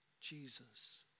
Jesus